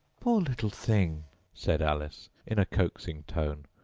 poor little thing said alice, in a coaxing tone,